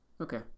okay